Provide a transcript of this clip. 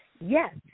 yes